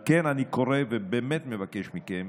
על כן אני קורא ובאמת מבקש מכם,